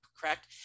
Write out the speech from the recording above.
correct